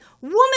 woman